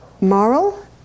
Moral